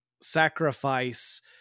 sacrifice